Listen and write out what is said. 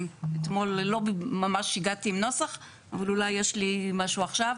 אתמול לא ממש הגעתי עם נוסח אבל אולי יש לי משהו עכשיו,